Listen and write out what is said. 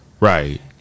Right